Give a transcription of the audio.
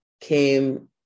came